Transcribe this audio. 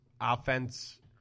offense